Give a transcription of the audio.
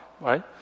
right